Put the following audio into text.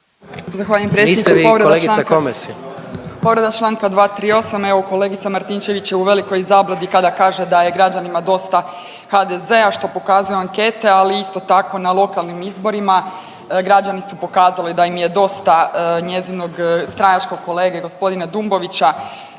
Zahvaljujem predsjedniče. Povreda čl. 238., evo kolegica Martinčević je u velikoj zabludi kada kaže da je građanima dosta HDZ-a što pokazuju ankete, ali isto tako na lokalnim izborima građani su pokazali da im je dosta njezinog stranačkog kolege gospodina Dumbovića